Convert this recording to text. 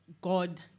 God